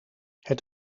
het